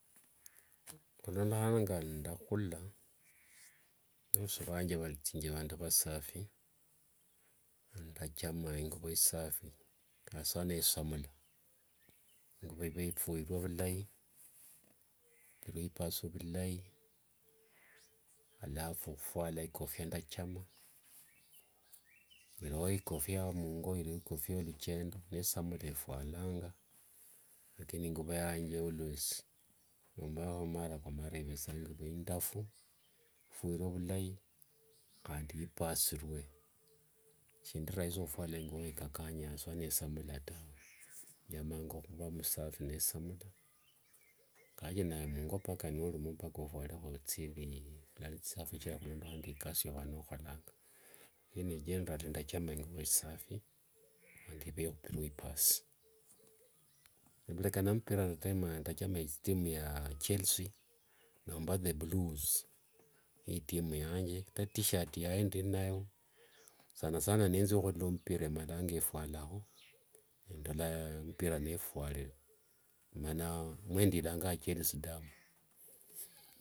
Khulondekhana ngandakhula, vevusi vanje valithingi vandu vasafi. Ndachama inguvo isafi khasa nesamula inguvo ive nifuirue vilai, nipasurue vulai alafu fwala ikofia yanje yendachama. Ilui ikofia ya mungo, ilio ikofia yoluchendo, ilio nesamula fwalanga. Lakini inguvo yanthe always mara khumara ivethanga indafu, ifuirue vilai handi nipasurue. Nisindi rahis khufwala inguvo yandakanye nesamula ta. Njamanga khuva msafi nesamula. ingawaje naye mungo mpaka naye ofwalekho thili thialali thisafi khulondekhana nende ikasi yova nokholanga. Mwene generally ndali ndachama inguvo isafi mana i'veenikhupirue ipasi. Muleka nampira ndali ndachama itimu ya chelsea, nomba the blue's ni itimu yanthe. Itishirt yayo ndiinayo. sana sana nenzia khulola mpira, maranga efwalangakho nendelo mpira nomba nefwalire. Mana mwene ndelanganga chelsea damu.